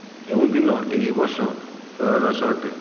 କେଉଁ ଦିନ ଏହି ବର୍ଷ ତ୍ରୟୋଦଶ ଅଟେ